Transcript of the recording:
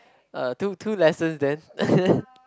uh two two lessons then